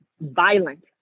violent